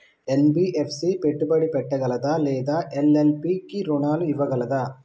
NBFC పెట్టుబడి పెట్టగలదా లేదా ఎల్.ఎల్.పి కి రుణాలు ఇవ్వగలదా?